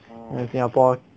因为 singapore